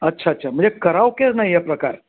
अच्छा अच्छा म्हणजे करावके नाही आहे हा प्रकार